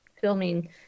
filming